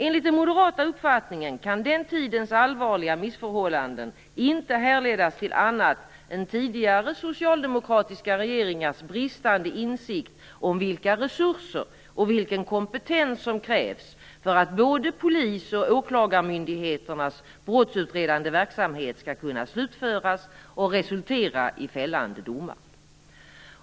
Enligt den moderata uppfattningen kan den tidens allvarliga missförhållanden inte härledas till annat än tidigare socialdemokratiska regeringars bristande insikt om vilka resurser och vilken kompetens som krävs för att både polis och åklagarmyndigheternas brottsutredande verksamhet skall kunna slutföras och resultera i fällande domar.